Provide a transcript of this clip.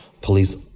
police